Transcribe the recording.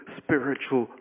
spiritual